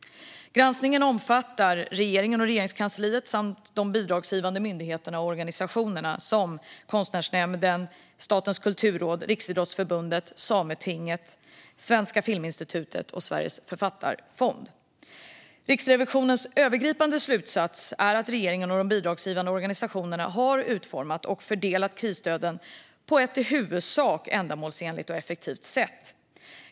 Granskningen omfattar regeringen och Regeringskansliet samt de bidragsgivande myndigheterna och organisationerna, såsom Konstnärsnämnden, Statens kulturråd, Riksidrottsförbundet, Sametinget, Svenska Filminstitutet och Sveriges författarfond. Riksrevisionens övergripande slutsats är att regeringen och de bidragsgivande organisationerna har utformat och fördelat krisstöden på ett i huvudsak ändamålsenligt och effektivt sätt.